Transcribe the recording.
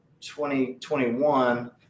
2021